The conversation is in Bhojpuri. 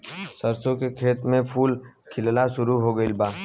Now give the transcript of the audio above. सरसों के खेत में फूल खिलना शुरू हो गइल बा